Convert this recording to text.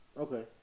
Okay